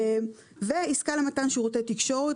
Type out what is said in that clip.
ועסקה למתן שירותי תקשורת,